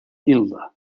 hilda